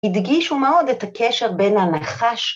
‫הדגישו מאוד את הקשר בין הנחש...